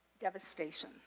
Devastation